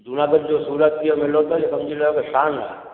जूनागढ़ जो सूरत जी मेलो त समुझी हलो के शान आहे